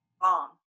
bomb